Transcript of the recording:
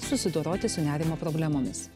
susidoroti su nerimo problemomis